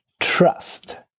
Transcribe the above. Trust